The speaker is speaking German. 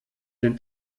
den